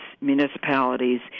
municipalities